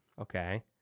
Okay